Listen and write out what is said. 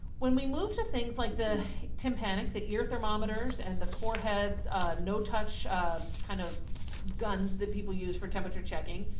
when we move to things like the tympanic that your thermometers and the forehead no touch kind of guns that people use for temperature checking,